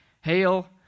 hail